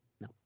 No